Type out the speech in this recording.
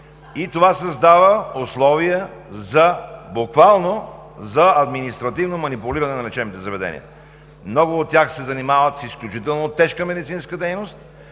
и това създава условия буквално за административно манипулиране на лечебните заведения. Много от тях се занимават с изключително тежка медицинска дейност,